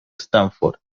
stanford